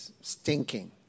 stinking